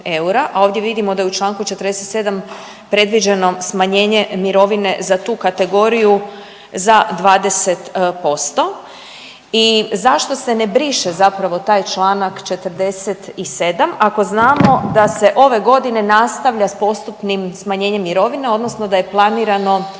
a ovdje vidimo da je u članku 47. predviđeno smanjenje mirovine za tu kategoriju za 20%. I zašto se ne briše zapravo taj članak 47. ako znamo da se ove godine nastavlja sa postupnim smanjenjem mirovine, odnosno da je planirano